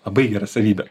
labai gera savybė